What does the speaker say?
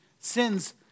Sin's